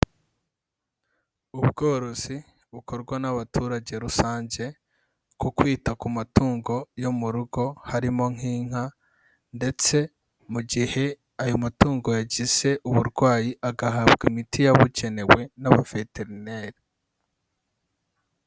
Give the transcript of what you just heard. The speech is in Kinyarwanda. Ubworozi bukorwa n'abaturage rusange ku kwita ku matungo yo mu rugo, harimo nk'inka ndetse mu gihe ayo matungo yagize uburwayi, agahabwa imiti yabugenewe n'abaveterineri.